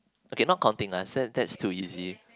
okay not counting us that that's too easy